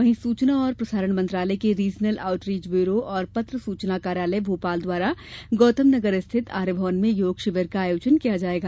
वहीं सुचना और प्रसारण मंत्रालय के रीजनल आउटरीच ब्यूरो और पत्र सुचना कार्यालय भोपाल द्वारा गौतम नगर स्थित आर्य भवन में योग शिविर का आयोजन किया जायेगा